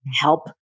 help